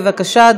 בבקשה,